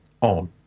on